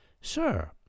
Sir